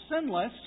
sinless